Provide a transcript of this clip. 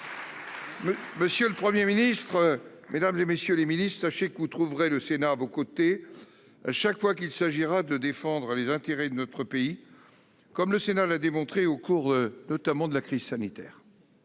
Monsieur le Premier ministre, mesdames, messieurs les ministres, sachez que vous trouverez le Sénat à vos côtés chaque fois qu'il s'agira de défendre les intérêts de notre pays, comme nous l'avons démontré notamment au cours de la crise sanitaire.